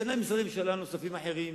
כנ"ל משרדי ממשלה נוספים אחרים,